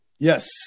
Yes